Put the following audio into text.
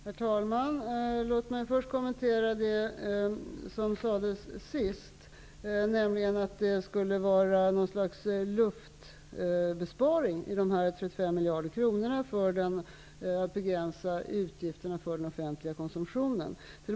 Herr talman! Låt mig först kommentera det som sades sist, nämligen att de 35 miljarderna skulle utgöra något slags luftbesparing när det gäller att begränsa utgifterna för den offentliga konsumtionen.